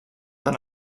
than